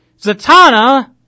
zatanna